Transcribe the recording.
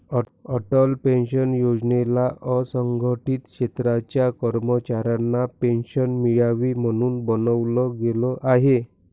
Atal pension योजनेला असंघटित क्षेत्राच्या कर्मचाऱ्यांना पेन्शन मिळावी, म्हणून बनवलं गेलं आहे